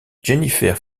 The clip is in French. jennifer